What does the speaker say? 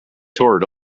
tore